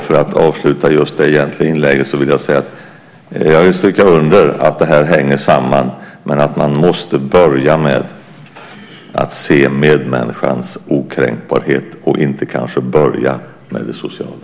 För att avsluta det egentliga inlägget vill jag stryka under att det här hänger samman men att man måste börja med att se medmänniskans okränkbarhet och kanske inte börja med det sociala.